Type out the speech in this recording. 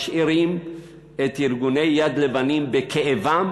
משאירים את ארגוני "יד לבנים" בכאבם